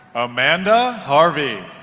amanda harvey